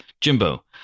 Jimbo